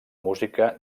música